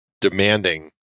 demanding